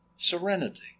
Serenity